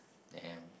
damn